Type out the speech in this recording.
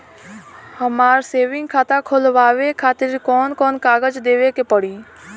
हमार सेविंग खाता खोलवावे खातिर कौन कौन कागज देवे के पड़ी?